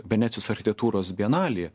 venecijos architektūros bienalėje